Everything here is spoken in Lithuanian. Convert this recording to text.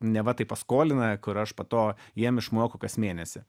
neva tai paskolina kur aš po to jiem išmokų kas mėnesį